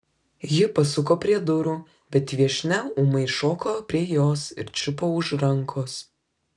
ji pasuko prie durų bet viešnia ūmai šoko prie jos ir čiupo už rankos